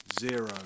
zero